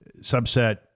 subset